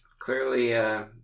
clearly